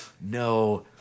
No